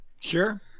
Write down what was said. Sure